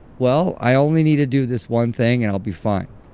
well, i only need to do this one thing and i'll be fine.